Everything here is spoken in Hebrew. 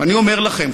אני אומר לכם,